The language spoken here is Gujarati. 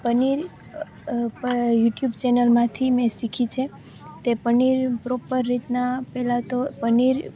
પનીર યુટ્યુબ ચેનલમાંથી મેં શીખી છે તે પનીર પ્રોપર રીતનાં પહેલાં તો પનીર